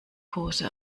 pose